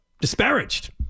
disparaged